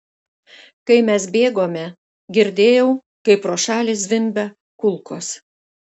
kai mes bėgome girdėjau kaip pro šalį zvimbia kulkos